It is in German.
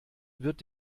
wird